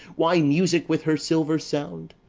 why music with her silver sound?